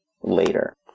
later